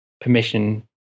permission